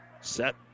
set